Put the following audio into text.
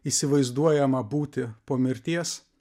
įsivaizduojamą būtį po mirties